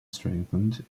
strengthened